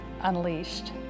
unleashed